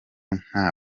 nta